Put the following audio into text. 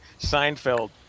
Seinfeld